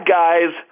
guys